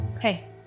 Hey